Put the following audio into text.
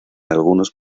algunos